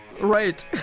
Right